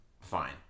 Fine